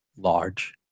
large